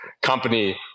company